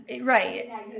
right